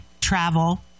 travel